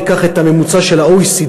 ניקח את הממוצע של ה-OECD,